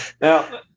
Now